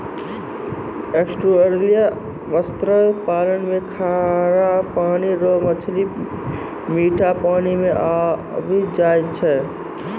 estuarine मत्स्य पालन मे खारा पानी रो मछली मीठा पानी मे आबी जाय छै